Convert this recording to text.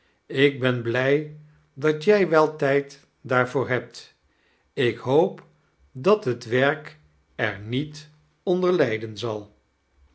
ik ben blij dat jij wel tijd daarvoor hebt ik hoop flat het werk er met onder lijden zal